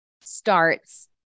starts